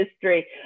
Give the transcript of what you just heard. history